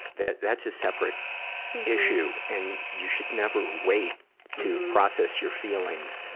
that, that's a separate issue, and you should never wait to process your feelings,